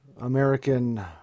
American